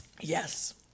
Yes